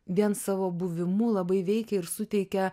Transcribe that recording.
vien savo buvimu labai veikia ir suteikia